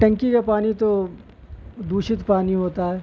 ٹنکی کا پانی تو دوشت پانی ہوتا ہے